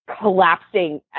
collapsing